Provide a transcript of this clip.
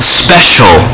special